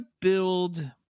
build